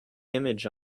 image